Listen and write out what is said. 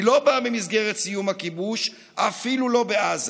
היא לא באה במסגרת סיום הכיבוש, אפילו לא בעזה.